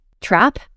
trap